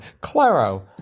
claro